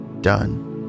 done